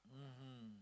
mmhmm